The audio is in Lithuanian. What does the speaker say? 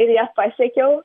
ir ją pasiekiau